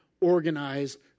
organized